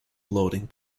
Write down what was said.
loading